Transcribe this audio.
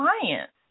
clients